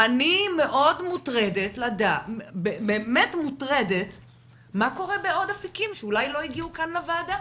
אבל אני מאוד מוטרדת מה קורה בעוד אפיקים שאולי לא הגיעו כאן לוועדה.